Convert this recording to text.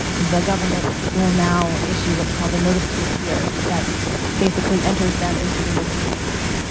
the government will now issue what's called a notice to appear that basically enters them into removal proceedings.